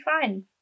fine